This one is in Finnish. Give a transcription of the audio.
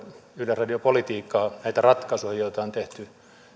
yleisradiopolitiikkaa näitä ratkaisuja joita on tehty